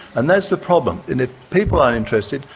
and that is the problem. and if people aren't interested,